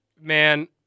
man